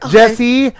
Jesse